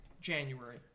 January